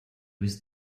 was